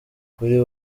kuri